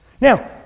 Now